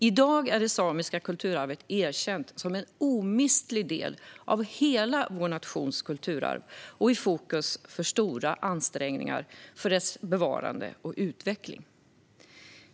I dag är det samiska kulturarvet erkänt som en omistlig del av hela vår nations kulturarv och är i fokus för stora ansträngningar för dess bevarande och utveckling.